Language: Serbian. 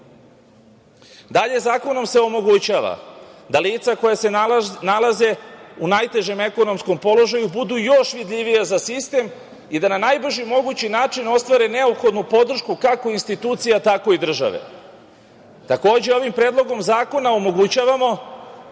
zakonom se omogućava da lica koja se nalaze u najtežem ekonomskom položaju budu još vidljivija za sistem i da na najbrži mogući način ostvare neophodnu podršku kako institucija tako i države. Takođe, ovim Predlogom zakona omogućavamo